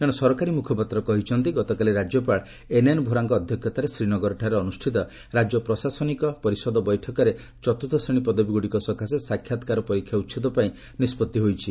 ଜଣେ ସରକାରୀ ମୁଖପାତ୍ର କହିଛନ୍ତି ଗତକାଲି ରାଜ୍ୟପାଳ ଏନ୍ଏନ୍ ଭୋରାଙ୍କ ଅଧ୍ୟକ୍ଷତାରେ ଶ୍ରୀନଗରଠାରେ ଅନୁଷ୍ଠିତ ରାଜ୍ୟ ପ୍ରଶାସନିକ ପରିଷଦ ବୈଠକରେ ଚତ୍ରର୍ଥ ଶ୍ରେଣୀ ପଦବୀଗୁଡ଼ିକ ସକାଶେ ସାକ୍ଷାତକାର ପରୀକ୍ଷା ଉଚ୍ଛେଦ ପାଇଁ ନିଷ୍ପଭି ନିଆଯାଇଛି